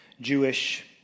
Jewish